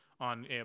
On